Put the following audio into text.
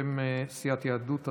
בשם סיעת יהדות התורה,